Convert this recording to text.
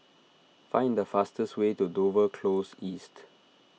find the fastest way to Dover Close East